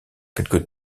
quelque